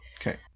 Okay